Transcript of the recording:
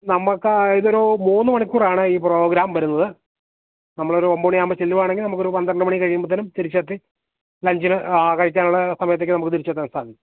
നമക്ക് ഇതൊരു മൂന്നു മണിക്കൂറാണ് ഈ പ്രോഗ്രാം വരുന്നത് നമ്മൾ ഒരു ഒന്പതു മണി ആകുമ്പോള് ചെല്ലുകയാണെങ്കില് നമുക്കൊരു പന്ത്രണ്ട് മണി കഴിയുമ്പോഴത്തേനും തിരിച്ചെത്തി ലഞ്ചിന് കഴിക്കാനുള്ള സമയത്തേക്കു നമുക്കു തിരിച്ചെത്താൻ സാധിക്കും